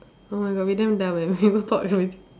oh my god we damn dumb eh we go talk everything